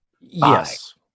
Yes